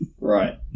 Right